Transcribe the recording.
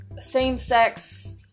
same-sex